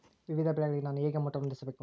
ವಿವಿಧ ಬೆಳೆಗಳಿಗೆ ನಾನು ಹೇಗೆ ಮೋಟಾರ್ ಹೊಂದಿಸಬೇಕು?